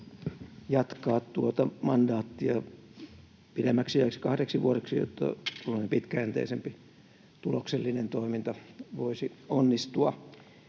jatkaa tuota mandaattia pidemmäksi ajaksi, kahdeksi vuodeksi, jotta tuommoinen pitkäjänteisempi tuloksellinen toiminta voisi onnistua.